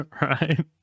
Right